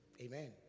Amen